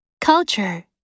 Culture